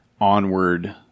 onward